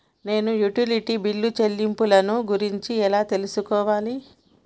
నేను utility bill చెల్లింపులను గురించి ఎలా తెలుసుకోవాలి?